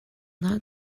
not